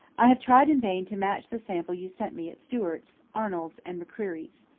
i have tried in vain to match the sample you sent me at stewart's, arnold's and mccreery's.